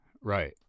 right